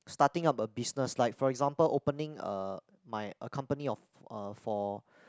starting up a business like for example opening a my a company of uh for